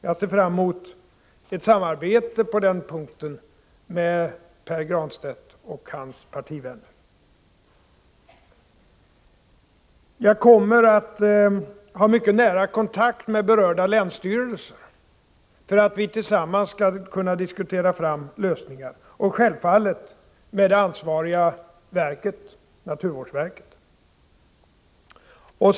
Jag ser fram mot ett samarbete med Pär Granstedt och hans partivänner på den punkten. Jag kommer att ha mycket nära kontakt med berörda länsstyrelser och självfallet också med den ansvariga myndigheten, naturvårdsverket, för att vi tillsammans skall kunna diskutera oss fram till lösningar.